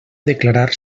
declarar